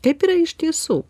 kaip yra iš tiesų